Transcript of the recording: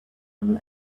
from